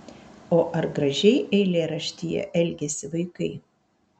o ar gražiai eilėraštyje elgiasi vaikai